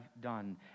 done